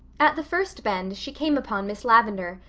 at the first bend she came upon miss lavendar,